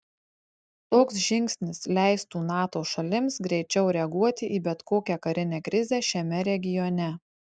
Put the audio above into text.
toks žingsnis leistų nato šalims greičiau reaguoti į bet kokią karinę krizę šiame regione